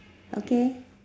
okay